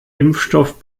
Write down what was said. impfstoff